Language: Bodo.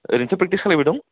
ओरैनोथ' प्रेकटिस खालायबाय दं